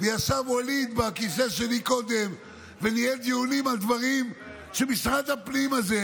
ישב ווליד בכיסא שלי קודם וניהל דיונים על דברים שבהם משרד הפנים הזה,